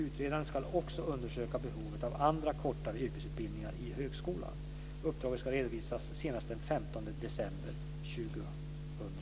Utredaren ska också undersöka behovet av andra kortare yrkesutbildningar i högskolan. Uppdraget ska redovisas senast den 15 december